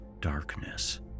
darkness